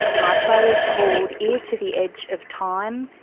my play is called ear to the edge of time,